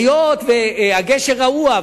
היות שהגשר רעוע,